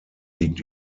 liegt